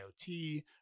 IoT